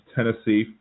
Tennessee